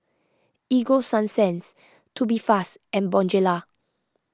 Ego Sunsense Tubifast and Bonjela